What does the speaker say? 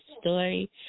story